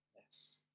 Yes